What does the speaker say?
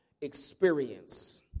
experience